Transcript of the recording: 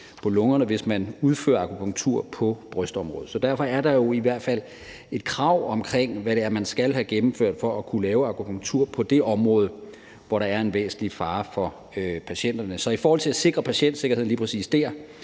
på lungerne, hvis man udfører akupunktur på brystområdet. Derfor er der jo i hvert fald et krav om, hvad det er, man skal have gennemført, for at man kan lave akupunktur på det område, hvor der er en væsentlig fare for patienterne. Så i forhold til at sikre patientsikkerheden lige præcis der,